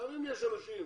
אם יש אנשים